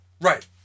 Right